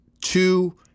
two